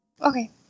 Okay